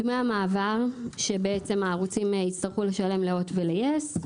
דמי המעבר שהערוצים יצטרכו לשלם להוט וליס.